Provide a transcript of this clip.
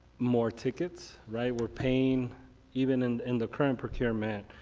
more tickets, right, we're paying even in in the current procurement,